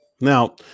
Now